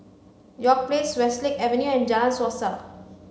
York Place Westlake Avenue and Jalan Suasa